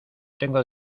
tengo